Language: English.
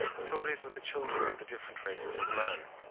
so it is with the children of the different races of man.